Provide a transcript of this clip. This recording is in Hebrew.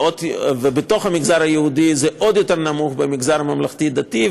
ובתוך המגזר היהודי זה עוד יותר נמוך במגזר הממלכתי-דתי,